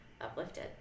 uplifted